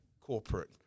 corporate